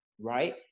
right